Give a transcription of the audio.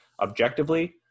objectively